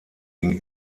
ging